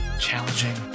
challenging